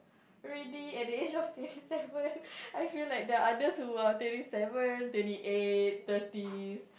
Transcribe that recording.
already at the age of twenty seven I feel like the others who are twenty seven twenty eight thirties